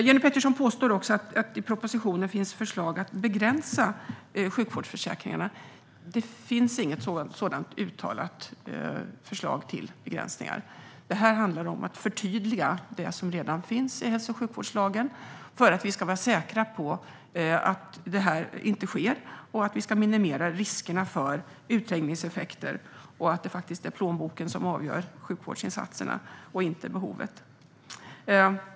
Jenny Petersson påstår också att det i propositionen finns förslag att begränsa sjukvårdsförsäkringarna. Det finns inget sådant uttalat förslag till begränsningar. Det handlar om att förtydliga det som redan finns i hälso och sjukvårdslagen så att dessa system inte uppstår och minimera riskerna för undanträngningseffekter som gör att det blir plånboken som avgör sjukvårdsinsatserna, inte behovet.